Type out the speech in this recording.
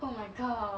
oh my god